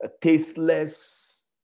tasteless